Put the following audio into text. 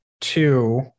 Two